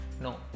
no